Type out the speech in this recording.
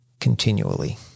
continually